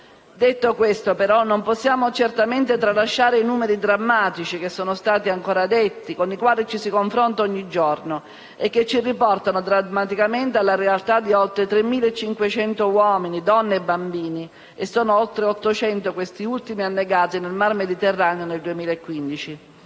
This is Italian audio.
Detto questo, non possiamo però certamente tralasciare i numeri drammatici, testé detti, con i quali ci si confronta ogni giorno e che ci riportano drammaticamente alla realtà di oltre 3.500 uomini, donne e bambini (sono oltre 800 questi ultimi) annegati nel mar Mediterraneo nel 2015.